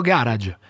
Garage